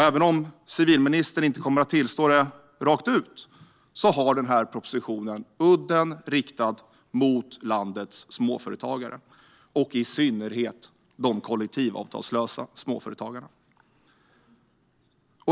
Även om civilministern inte kommer att tillstå det rakt ut har den här propositionen udden riktad mot landets småföretagare, i synnerhet de kollektivavtalslösa småföretagarna.